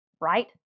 Right